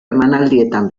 emanaldietan